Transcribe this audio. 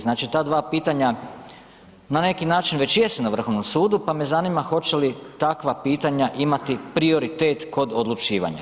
Znači ta dva pitanja na neki način već jesu na Vrhovnom sudu pa me zanima hoće li takva pitanja imati prioritet kod odlučivanja?